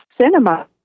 cinema